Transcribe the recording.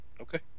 Okay